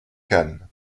cannes